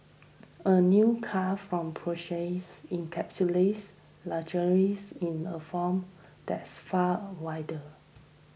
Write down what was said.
a new car from Porsche encapsulates luxuries in a form that's far wilder